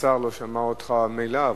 השר לא שמע אותך, מילא.